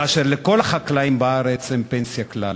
כאשר לכל החקלאים בארץ אין פנסיה כלל.